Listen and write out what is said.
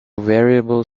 variable